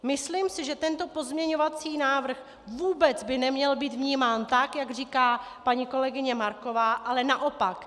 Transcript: Myslím si, že tento pozměňovací návrh vůbec by neměl být vnímán tak, jak říká paní kolegyně Marková, ale naopak.